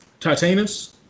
Titanus